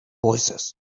voicesand